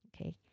Okay